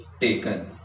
taken